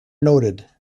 noted